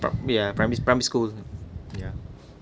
yeah primary primary school isn't it ya